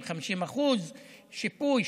50% שיפוי,